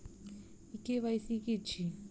ई KYC की अछि?